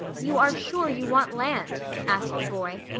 you are sure you want land? asked the boy.